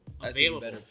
available